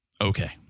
Okay